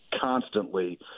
constantly